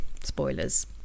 spoilers